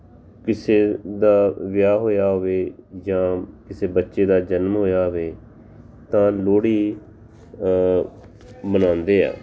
ਕਿਸੇ ਦਾ ਵਿਆਹ ਹੋਇਆ ਹੋਵੇ ਜਾਂ ਕਿਸੇ ਬੱਚੇ ਦਾ ਜਨਮ ਹੋਇਆ ਹੋਵੇ ਤਾਂ ਲੋਹੜੀ ਮਨਾਉਂਦੇ ਆ